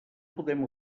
podem